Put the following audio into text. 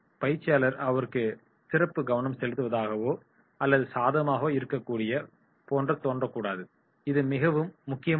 பயிற்சியாளர் அவர்களுக்கு சிறப்பு கவனம் செலுத்துவதாகவோ அல்லது சாதகமாகவோ இருக்கக்கூடியவராக தோன்ற கூடாது இது மிகவும் முக்கியமானது